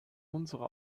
unsere